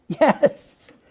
Yes